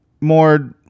more